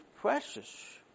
precious